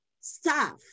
staff